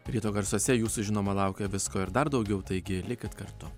ryto garsuose jūsų žinoma laukia visko ir dar daugiau taigi likit kartu